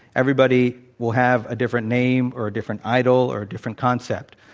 everybody will have a different name, or a different idol, or a different concept.